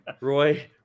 Roy